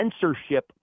censorship